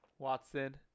watson